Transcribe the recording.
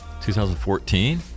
2014